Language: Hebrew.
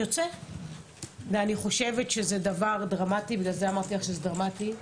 זה דבר דרמטי, בגלל זה אמרתי שזה דרמטי.